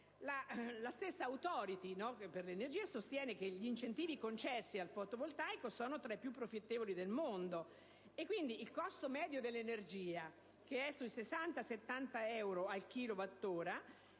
La stessa *Authority* per l'energia sostiene che gli incentivi concessi al fotovoltaico sono tra i più profittevoli del mondo: il costo medio dell'energia si aggira tra i 60 e i 70 euro al megawattora